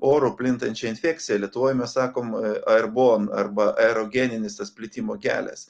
oru plintančią infekciją lietuvoj mes sakom aerbom arba aerogeninis plitimo kelias